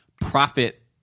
profit